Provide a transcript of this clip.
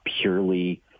purely